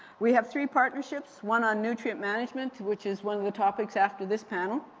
we have three partnerships, one on nutrient management, which is one of the topics after this panel,